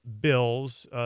bills—